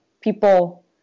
people